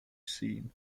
scene